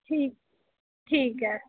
ठीक ठीक ऐ